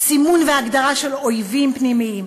סימון והגדרה של אויבים פנימיים,